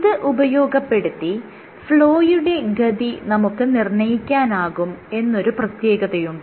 ഇത് ഉപയോഗപ്പെടുത്തി ഫ്ലോയുടെ ഗതി നമുക്ക് നിർണ്ണയിക്കാനാകും എന്നൊരു പ്രത്യേകതയുണ്ട്